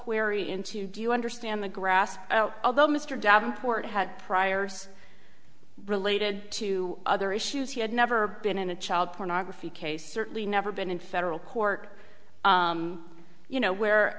query into do you understand the grass although mr davenport had priors related to other issues he had never been in a child pornography case certainly never been in federal court you know where